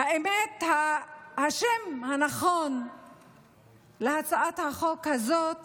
באמת השם הנכון להצעת החוק הזאת